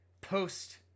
Post